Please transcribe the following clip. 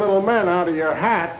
little man out of your hat